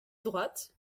droite